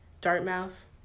dartmouth